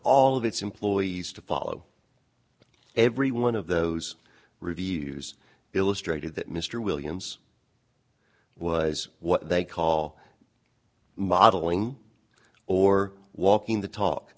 all of its employees to follow every one of those reviews illustrated that mr williams was what they call modeling or walking the talk